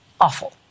awful